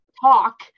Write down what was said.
talk